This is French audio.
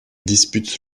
dispute